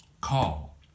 call